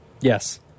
Yes